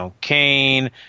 Kane